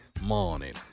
morning